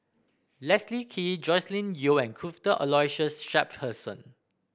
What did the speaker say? Leslie Kee Joscelin Yeo and Cuthbert Aloysius Shepherdson